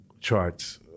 charts